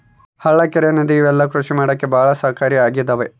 ಹಳ್ಳ ಕೆರೆ ನದಿ ಇವೆಲ್ಲ ಕೃಷಿ ಮಾಡಕ್ಕೆ ಭಾಳ ಸಹಾಯಕಾರಿ ಆಗಿದವೆ